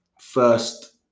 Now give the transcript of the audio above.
first